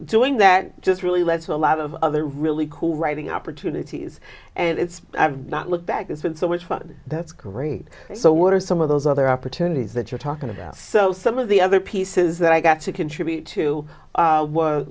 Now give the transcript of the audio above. doing that just really led to a lot of other really cool writing opportunities and it's not look back it's been so much fun that's great so what are some of those other opportunities that you're talking about so some of the other pieces that i got to contribute to